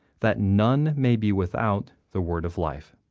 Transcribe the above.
that none may be without the word of life.